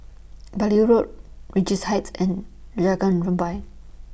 Beaulieu Road Regents Heights and Rampai